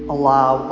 Allow